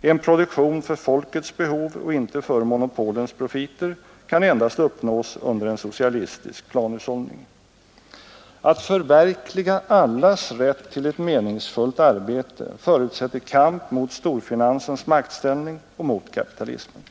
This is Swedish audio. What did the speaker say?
en produktion för folkets behov och inte för monopolens profiter kan endast uppnås under en socialistisk planhushållning. Att förverkliga allas rätt till ett meningsfullt arbete förutsätter kamp mot storfinansens maktställning och mot kapitalismen.